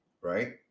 right